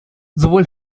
sowohl